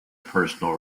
personal